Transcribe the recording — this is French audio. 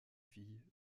filles